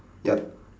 ya